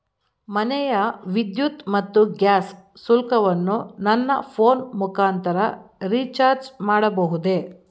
ಮನೆಯ ವಿದ್ಯುತ್ ಮತ್ತು ಗ್ಯಾಸ್ ಶುಲ್ಕವನ್ನು ನನ್ನ ಫೋನ್ ಮುಖಾಂತರ ರಿಚಾರ್ಜ್ ಮಾಡಬಹುದೇ?